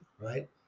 right